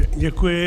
Děkuji.